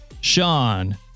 Sean